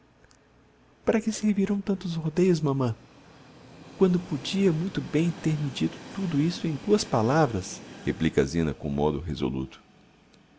para que servirão tantos rodeios mamã quando podia muito bem ter-me dito tudo isso em duas palavras replica a zina com modo resoluto